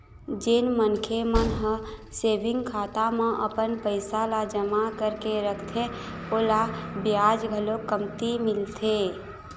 जेन मनखे मन ह सेविंग खाता म अपन पइसा ल जमा करके रखथे ओला बियाज घलोक कमती मिलथे